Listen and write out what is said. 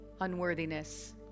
unworthiness